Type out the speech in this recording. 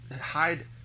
hide